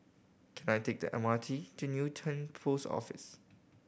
can I take the M R T to Newton Post Office